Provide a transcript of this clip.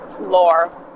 lore